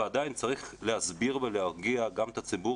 ועדיין צריך להסביר ולהרגיע גם את הציבור